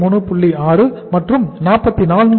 6 மற்றும் 44